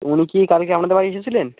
উনি কি কালকে আমনাদের বাড়ি এসেছিলেন